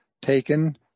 taken